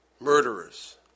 Murderers